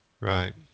Right